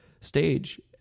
stage